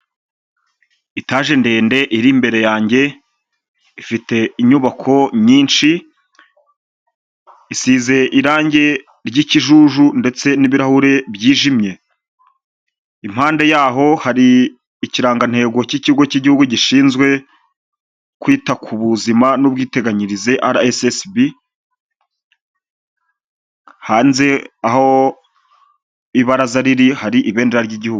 Itaje ndende iri imbere yanjye ifite inyubako nyinshi, isize irangi ryikijuju ndetse n'ibirahure byijimye, impande yaho hari ikirangantego cyikigo cyigihugu gishinzwe kwita ku buzima n'ubwiteganyirize araesesibi hanze aho ibaraza riri hari ibendera ry'igihugu.